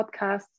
podcast